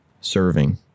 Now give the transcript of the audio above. serving